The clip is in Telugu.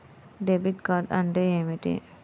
డెబిట్ కార్డ్ అంటే ఏమిటి?